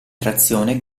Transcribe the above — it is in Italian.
trazione